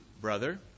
brother